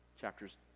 chapters